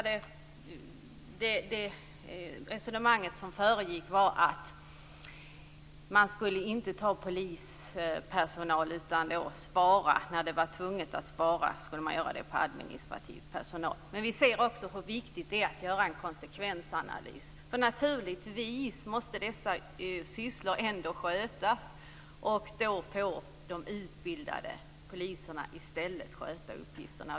Det resonemang som föregick uppsägningarna gick ut på att man inte skulle ta polispersonal utan spara på administrativ personal när det var tvunget att spara. Men vi ser också hur viktigt det är att göra en konsekvensanalys. Naturligtvis måste dessa sysslor ändå skötas. Då får i stället de utbildade poliserna sköta uppgifterna.